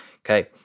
okay